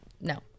No